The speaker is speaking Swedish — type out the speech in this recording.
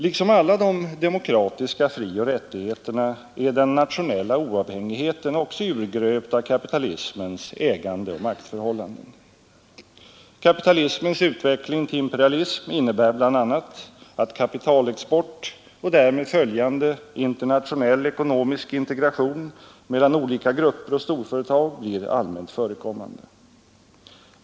Liksom alla de demokratiska frioch rättigheterna är den nationella oavhängigheten också urgröpt av kapitalismens ägandeoch maktförhållanden. Kapitalismens utveckling till imperialism innebär bl.a. att kapitalexport och därmed följande internationell ekonomisk integration mellan olika grupper av storföretag blir allmänt förekommande.